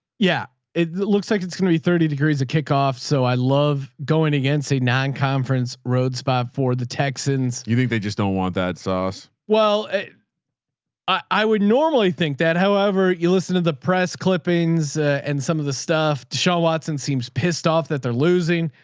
yeah. it looks like it's going to be thirty degrees of kickoff. so i love going against say non-conference road spot for the texans. you think they just don't want that sauce? well, i i would normally think that however, you listen to the press clippings and some of the stuff to show watson seems pissed off that they're losing.